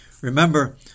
Remember